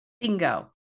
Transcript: Bingo